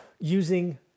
using